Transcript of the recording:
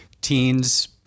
teens